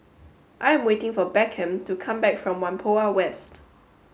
I am waiting for Beckham to come back from Whampoa West